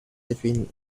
between